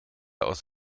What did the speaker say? aus